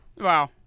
Wow